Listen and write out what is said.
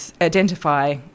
identify